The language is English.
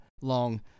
long